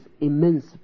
immense